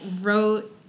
wrote